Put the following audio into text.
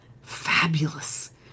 fabulous